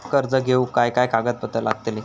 कर्ज घेऊक काय काय कागदपत्र लागतली?